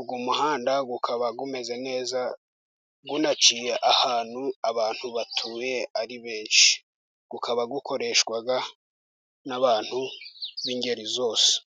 Uwo muhanda ukaba umeze neza, unaciye ahantu abantu batuye ari benshi, ukaba ukoreshwa n'abantu b'ingeri zose.